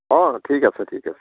অঁ ঠিক আছে ঠিক আছে